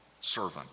servant